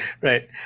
right